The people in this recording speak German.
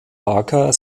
parker